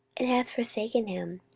and have forsaken him,